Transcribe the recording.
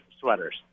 sweaters